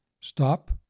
Stop